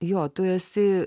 jo tu esi